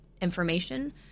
information